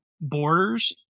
borders